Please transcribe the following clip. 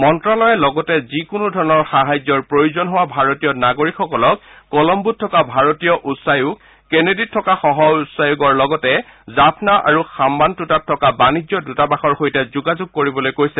মন্ত্ৰালয়ে লগতে যিকোনো ধৰণৰ সাহায্যৰ প্ৰয়োজন হোৱা ভাৰতীয় নাগৰিকসকলক কলম্বোত থকা ভাৰতীয় উচ্চায়োগ কেনডিত থকা সহ উচ্চায়োগৰ লগতে জাফনা আৰু হাম্বানটোতাত থকা বাণিজ্য দূতাবাসৰ সৈতে যোগাযোগ কৰিবলৈ কৈছে